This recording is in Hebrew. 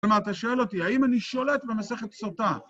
כלומר, אתה שואל אותי, האם אני שולט במסכת סוטה?